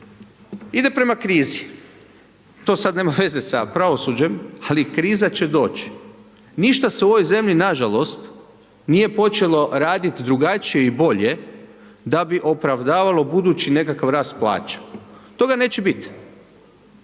ide prema krizi, to sad nema veze sa pravosuđem, ali kriza će doći. Ništa se u ovoj zemlji, nažalost, nije počelo radit drugačije i bolje da bi opravdavalo budući nekakav rast plaća. Toga neće bit.